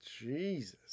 Jesus